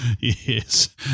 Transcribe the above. Yes